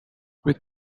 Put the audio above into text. with